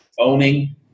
owning